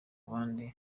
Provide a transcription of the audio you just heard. bandi